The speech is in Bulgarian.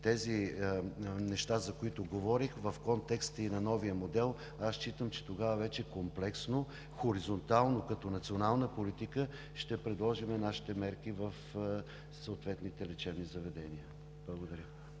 тези неща, за които говорих в контекста и на новия модел, считам, че тогава вече комплексно, хоризонтално, като национална политика ще предложим нашите мерки в съответните лечебни заведения.